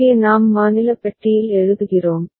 இங்கே நாம் மாநில பெட்டியில் எழுதுகிறோம்